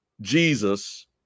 Jesus